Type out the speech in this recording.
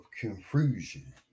confusion